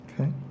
Okay